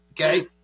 Okay